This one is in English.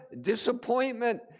disappointment